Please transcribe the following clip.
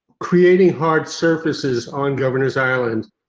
creating hard surfaces on governors island.